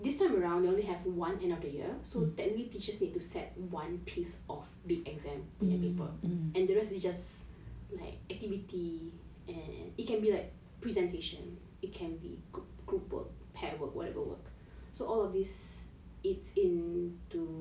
this time around I only have one end of the year so technically teachers need to set one piece of the exam and the rest is just like activity and it can be like presentation it can be group work pair work whatever work so all of this it's in to